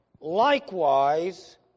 likewise